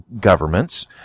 governments